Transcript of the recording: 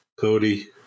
Cody